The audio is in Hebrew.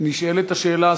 נשאלת השאלה,